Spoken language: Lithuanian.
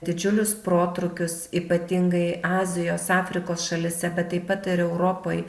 didžiulius protrūkius ypatingai azijos afrikos šalyse bet taip pat ir europoj